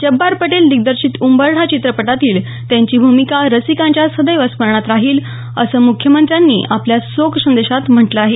जब्बार पटेल दिग्दर्शित उंबरठा चित्रपटातील त्यांची भूमिका रसिकांच्या सदैव स्मरणात राहिल असं मुख्यमंत्र्यांनी आपल्या शोकसंदेशात म्हटलं आहे